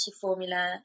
formula